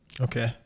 Okay